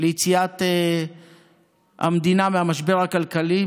ליציאת המדינה מהמשבר הכלכלי.